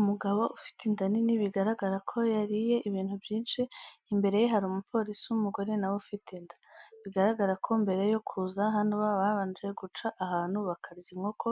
Umugabo ufite inda nini bigaragara ko yariye ibintu byinshi, imbere ye hari umupolisi w'umugore nawe ufite inda. Biragaragara ko mbere yo kuza hano babanje guca ahantu bakarya inkoko,